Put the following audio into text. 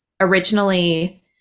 originally